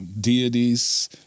deities